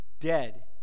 Dead